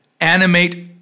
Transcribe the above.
animate